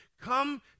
Come